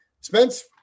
Spence